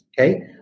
Okay